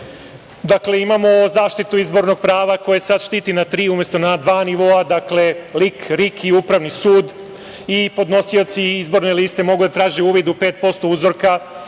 uvida, imamo zaštitu izbornog prava, koje sada štiti na tri umesto na dva nivoa, dakle, RIK, LIK i Upravni sud, i podnosioci izborne liste mogu da traže uvid u 5% uzorka,